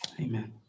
amen